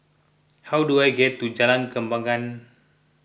how do I get to Jalan Kembangan